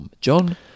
John